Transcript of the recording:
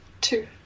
two